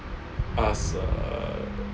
us err